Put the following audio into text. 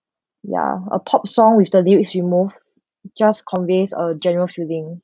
ya a pop song with the lyrics remove just conveys a general soothing